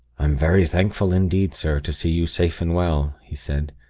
i'm very thankful indeed, sir, to see you safe and well he said.